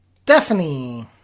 stephanie